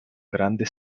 grande